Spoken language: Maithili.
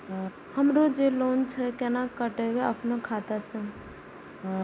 हमरो जे लोन छे केना कटेबे अपनो खाता से?